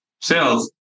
sales